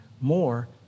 more